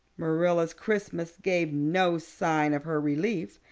marilla's crispness gave no sign of her relief.